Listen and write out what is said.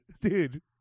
Dude